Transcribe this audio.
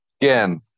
Again